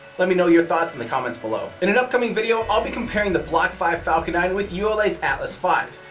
let me know your thoughts in the comments below! in an upcoming video i'll be comparing the block five falcon nine with ula's atlas v.